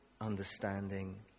understanding